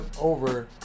over